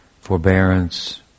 forbearance